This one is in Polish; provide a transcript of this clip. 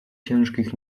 ciężkich